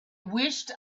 wished